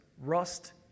rust